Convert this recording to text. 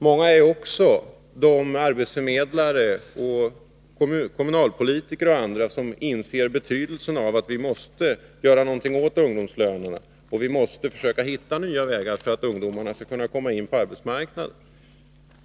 Många är också de arbetsförmedlare, kommunalpolitiker och andra som inser betydelsen av att vi gör någonting åt ungdomslönerna. Vi måste försöka hitta nya vägar för att ungdomarna skall komma in på arbetsmarknaden.